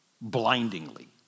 blindingly